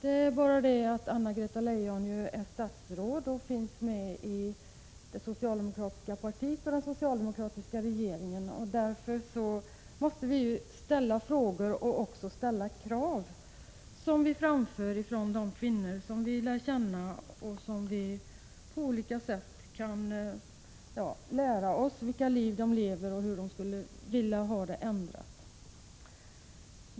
Eftersom Anna-Greta Leijon är statsråd och medlem av det socialdemokratiska partiet och av den socialdemokratiska regeringen, måste vi få ställa frågor och även framföra krav från kvinnor som har lärt oss hur kvinnors liv kan vara och som talat om hur de skulle vilja förändra sina liv.